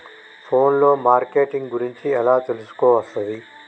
Phone లో marketing గురించి ఎలా తెలుసుకోవస్తది?